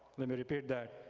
let me repeat that.